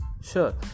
Sure